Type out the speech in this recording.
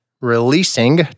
releasing